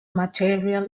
material